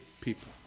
people